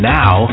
now